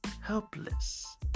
helpless